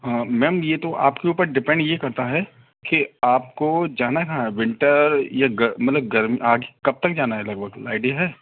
हाँ मैम ये तो आपके ऊपर डिपेंड ये करता है कि आपको जाना कहाँ है विंटर या गर मतलब गर्म कब तक जाना है लगभग आईडिया है